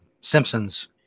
Simpsons